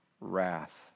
wrath